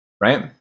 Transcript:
right